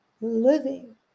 living